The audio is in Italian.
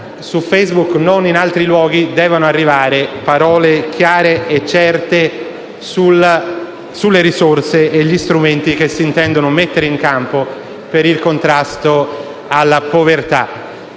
su Facebook né in altri luoghi, devono arrivare parole chiare e certe sulle risorse e sugli strumenti che si intende mettere in campo per il contrasto alla povertà.